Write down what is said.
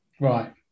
Right